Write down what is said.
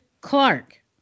Clark